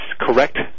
correct